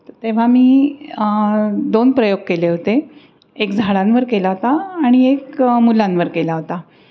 तर तेव्हा मी दोन प्रयोग केले होते एक झाडांवर केला होता आणि एक मुलांवर केला होता